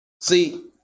See